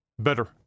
Better